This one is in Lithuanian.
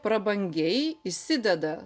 prabangiai įsideda